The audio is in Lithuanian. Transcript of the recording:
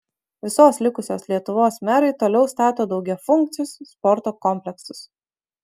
visos likusios lietuvos merai toliau stato daugiafunkcius sporto kompleksus